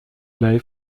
lei